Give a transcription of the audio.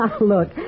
look